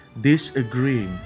disagreeing